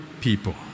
people